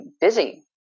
busy